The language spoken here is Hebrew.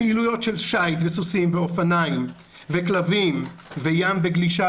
הפעילויות של שיט וסוסים ואופניים וכלבים וים וגלישה